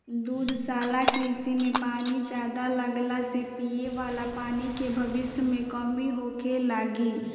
दुग्धशाला कृषि में पानी ज्यादा लगला से पिये वाला पानी के भविष्य में कमी होखे लागि